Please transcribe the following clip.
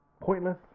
pointless